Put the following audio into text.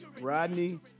Rodney